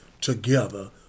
together